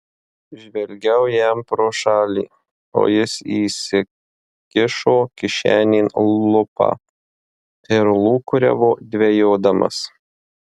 žvelgiau jam pro šalį o jis įsikišo kišenėn lupą ir lūkuriavo dvejodamas